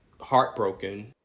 heartbroken